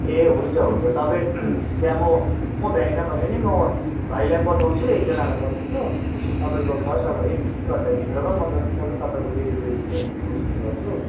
ए हुन्छ हुन्छ तपाईँ त्यहाँ म म भ्याइनँ भने नि म भाइलाई पठाउँछु एकजनालाई पठाउँछु तपाईँको फर्स्ट अब एक घन्टाभित्रमा म जतिसक्दो तपाईँको डेलिभरी दिने कोसिस गर्छु